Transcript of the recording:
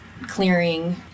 Clearing